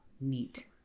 neat